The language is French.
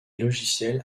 logiciels